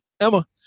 emma